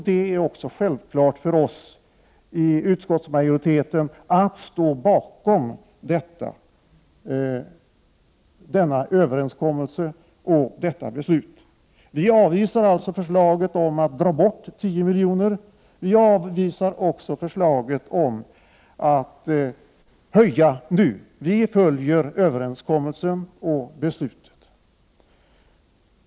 Det är också självklart för oss i utskottsmajoriteten att stå bakom denna överenskommelse och detta beslut. Vi avvisar alltså förslaget om att ta bort 10 milj.kr. Vi avvisar också förslaget om att nu höja anslaget. Vi följer överenskommelsen och beslutet.